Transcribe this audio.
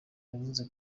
yavuze